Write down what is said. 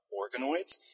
organoids